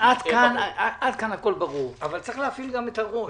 עד כאן הכול ברור אבל צריך להפעיל גם את הראש.